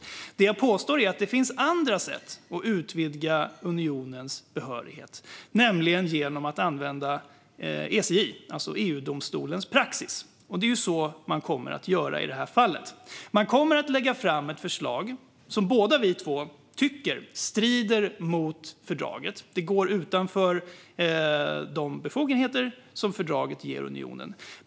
Det som jag påstår är att det finns andra sätt att utvidga unionens behörighet, nämligen genom att använda ECJ:s, alltså EU-domstolens, praxis. Det är så man kommer att göra i detta fall. Man kommer att lägga fram ett förslag som vi båda tycker strider mot fördraget. Det går utanför de befogenheter som fördraget ger unionen.